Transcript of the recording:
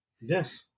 Yes